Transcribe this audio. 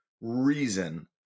reason